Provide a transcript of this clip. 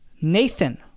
Nathan